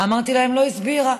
אמרתי להם: לא הסבירה.